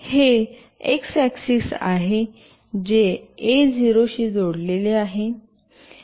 हे X axis आहे जे ए 0 शी जोडलेले आहे